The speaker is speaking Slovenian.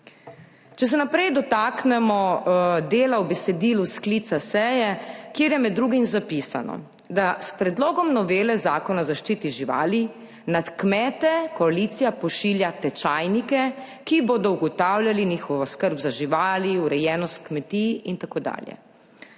Če se naprej dotaknemo dela v besedilu sklica seje, kjer je med drugim zapisano, da s predlogom novele Zakona o zaščiti živali nad kmete koalicija pošilja tečajnike, ki bodo ugotavljali njihovo skrb za živali, urejenost kmetij in tako dalje.